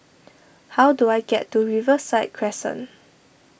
how do I get to Riverside Crescent